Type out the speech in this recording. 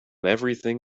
everything